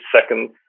seconds